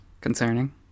concerning